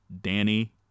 Danny